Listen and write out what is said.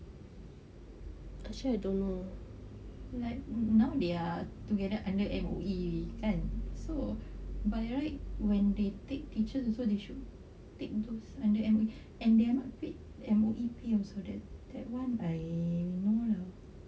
like now they are together under M_O_E and so by right when they take teachers also they should take those under M_O_E and they are not fit M_O_E so that that [one] I you know lah